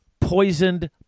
poisoned